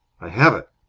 i have it!